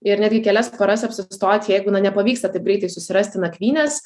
ir netgi kelias paras apsistoti jeigu na nepavyksta taip greitai susirasti nakvynės